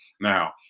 Now